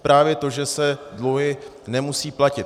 Právě to, že se dluhy nemusí platit.